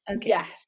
Yes